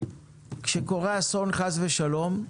כשקורה אסון, חס ושלום,